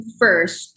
first